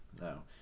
No